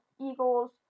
Eagles